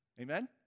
Amen